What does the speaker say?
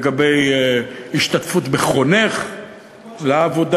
השתתפות בחונך לעבודה,